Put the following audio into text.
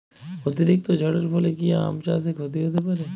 অতিরিক্ত ঝড়ের ফলে কি আম চাষে ক্ষতি হতে পারে?